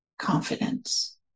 confidence